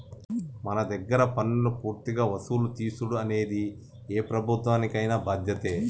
మన దగ్గర పన్నులు పూర్తిగా వసులు తీసుడు అనేది ఏ ప్రభుత్వానికైన బాధ్యతే